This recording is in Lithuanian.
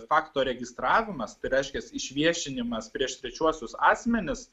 fakto registravimas tai reiškias išviešinimas prieš trečiuosius asmenis